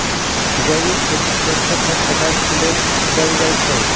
जैविक खेती सुरक्षित खाद्य पदार्थ के लेल कएल जाई छई